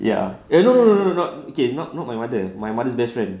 ya eh no no no not okay not not my mother my mother's best friend